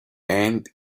and